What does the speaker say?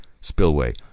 spillway